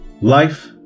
Life